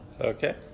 Okay